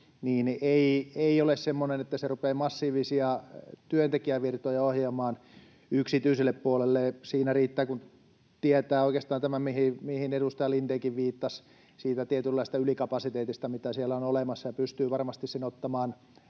ei ole semmoinen, että se rupeaa massiivisia työntekijävirtoja ohjaamaan yksityiselle puolelle. Siinä riittää, kun tietää oikeastaan tämän, mihin edustaja Lindénkin viittasi, siitä tietynlaisesta ylikapasiteetista, mitä siellä on olemassa, ja sen pystyy varmasti ottamaan